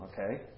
Okay